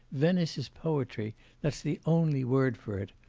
venice is poetry that's the only word for it!